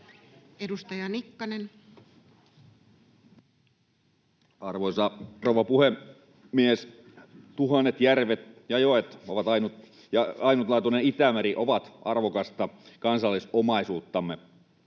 16:42 Content: Arvoisa rouva puhemies! Tuhannet järvet ja joet ja ainutlaatuinen Itämeri ovat arvokasta kansallisomaisuuttamme.